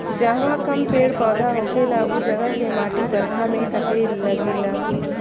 जहवा कम पेड़ पौधा होखेला उ जगह के माटी बरखा में कटे लागेला